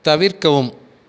தவிர்க்கவும்